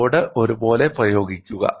load ഒരേപോലെ പ്രയോഗിക്കുക